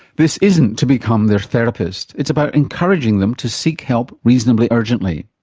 this isn't to become their therapist, it's about encouraging them to seek help reasonably urgently.